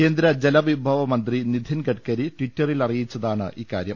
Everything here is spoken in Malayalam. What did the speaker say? കേന്ദ്ര ജല വിഭവ മന്ത്രി നിഥിൻ ഗഡ്കരി ട്വിറ്ററിൽ അറിയിച്ചതാണ് ഇക്കാര്യം